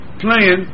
playing